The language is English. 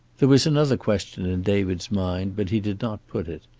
there was another question in david's mind, but he did not put it.